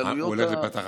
הוא הולך להיפתח עכשיו,